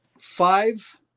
Five